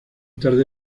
tarde